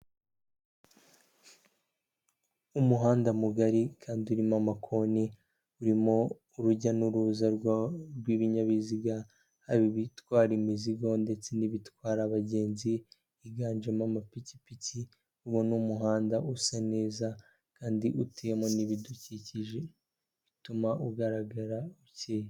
Umuhanda mugari kandi urimo amakoni, urimo urujya n'uruza rw'ibinyabiziga, yaba ibitwara imizigo ndetse n'ibitwara abagenzi, higanjemo amapikipiki, harimo n'umuhanda usa neza, kandi utuyemo n'ibidukikije bituma ugaragara.